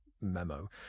memo